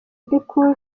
cool